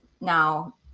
now